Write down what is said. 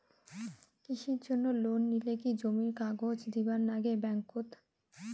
কৃষির জন্যে লোন নিলে কি জমির কাগজ দিবার নাগে ব্যাংক ওত?